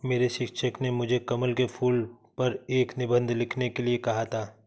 मेरे शिक्षक ने मुझे कमल के फूल पर एक निबंध लिखने के लिए कहा था